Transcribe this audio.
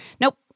nope